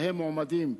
שבהם מועמדים,